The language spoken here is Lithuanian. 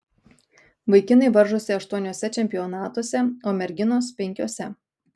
vaikinai varžosi aštuoniuose čempionatuose o merginos penkiuose